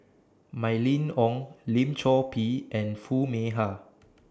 Mylene Ong Lim Chor Pee and Foo Mee Har